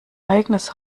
eigenes